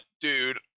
dude